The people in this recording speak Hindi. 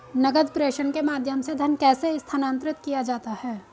नकद प्रेषण के माध्यम से धन कैसे स्थानांतरित किया जाता है?